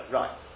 right